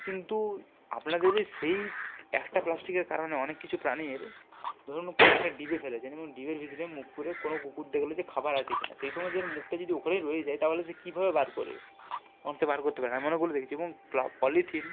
কিন্তু আপনাদেরই সেই একটা প্লাস্টিকের কারণে অনেক কিছু প্রাণীর ধরুন কোনো একটা ডিবে ফেলেছেন এবং ডিবের ভিতরে মুখ পুরে কোনো কুকুর দেখল যে খাবার আছে কি না সেই সময় যদি ওর মুখটা যদি ওখানেই রয়ে যায় তাহলে সে কীভাবে বার করবে অনেক সময় বার করতে পারে না আমি অনেক কুকুর দেখেছি এবং পলিথিন